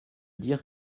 dire